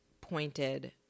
pointed